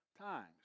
times